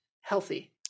healthy